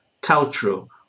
cultural